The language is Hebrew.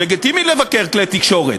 לגיטימי לבקר כלי תקשורת,